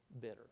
bitter